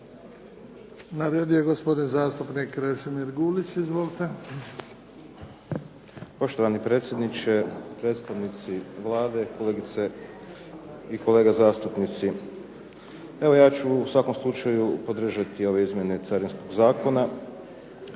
Na redu je gospodin zastupnik Krešimir Gulić. Izvolite. **Gulić, Krešimir (HDZ)** Poštovani predsjedniče, predstavnici Vlade. Kolegice i kolege zastupnici. Evo ja ću u svakom slučaju podržati ove izmjene Carinskog zakona,